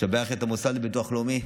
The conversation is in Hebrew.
לשבח את המוסד לביטוח לאומי.